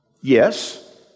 Yes